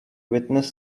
witness